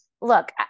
look